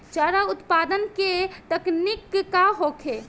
चारा उत्पादन के तकनीक का होखे?